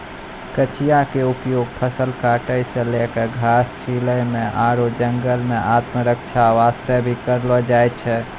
कचिया के उपयोग फसल काटै सॅ लैक घास छीलै म आरो जंगल मॅ आत्मरक्षा वास्तॅ भी करलो जाय छै